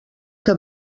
que